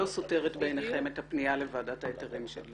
סותרת בעיניכם את הפנייה לוועדת ההיתרים.